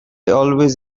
always